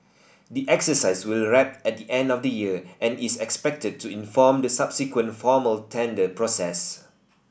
the exercise will wrap at the end of the year and is expected to inform the subsequent formal tender process